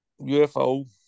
ufo